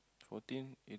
fourteen eighteen